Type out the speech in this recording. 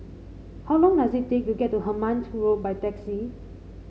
how long does it take to get to Hemmant Road by taxi